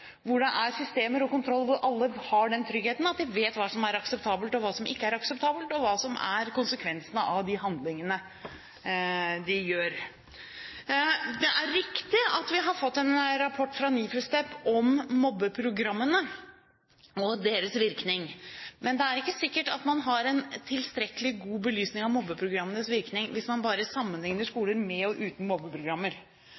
og hvor alle har den tryggheten at de vet hva som er akseptabelt, og hva som ikke er akseptabelt, og hva som er konsekvensen av de handlingene de gjør. Det er riktig at vi har fått en rapport fra NIFU STEP om mobbeprogrammene og deres virkning, men det er ikke sikkert at man har en tilstrekkelig god belysning av mobbeprogrammenes virkning hvis man bare sammenligner